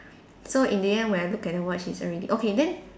so in the end when I look at the watch it's already okay then